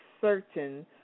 certain